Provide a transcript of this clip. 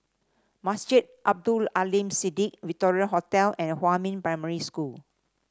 Masjid Abdul Aleem Siddique Victoria Hotel and Huamin Primary School